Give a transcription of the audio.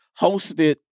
hosted